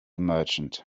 merchant